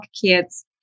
kids